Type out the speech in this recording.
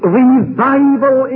revival